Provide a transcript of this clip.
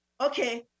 okay